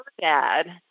dad